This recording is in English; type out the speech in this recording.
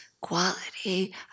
quality